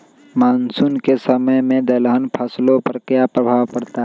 Monsoon के समय में दलहन फसलो पर क्या प्रभाव पड़ता हैँ?